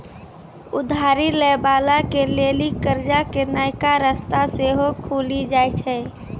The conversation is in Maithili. उधारी लै बाला के लेली कर्जा के नयका रस्ता सेहो खुलि जाय छै